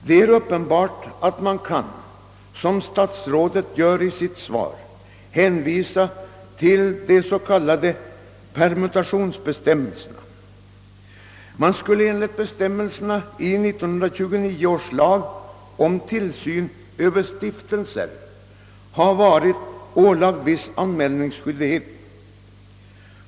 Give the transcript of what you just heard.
Det är uppenbart att man kan — som statsrådet gör i sitt svar — hänvisa till de s.k. permutationsbestämmelserna. Enligt bestämmelserna i 1929 års lag om tillsyn över stiftelser föreligger viss anmälningsskyldighet.